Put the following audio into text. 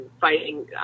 fighting